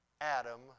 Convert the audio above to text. Adam